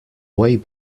way